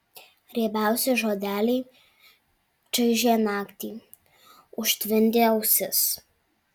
riebiausi žodeliai čaižė naktį užtvindė ausis